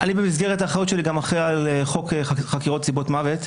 אני במסגרת האחריות שלי גם אחראי על חוק חקירות סיבות מוות,